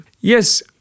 Yes